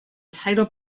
title